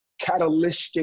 catalytic